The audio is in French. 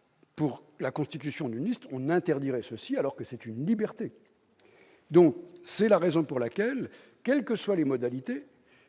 des candidats à une région française, alors que c'est une liberté. C'est la raison pour laquelle, quelles que soient les modalités proposées,